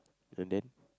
and then